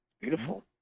Beautiful